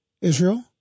Israel